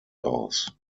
aus